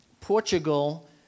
Portugal